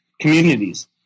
communities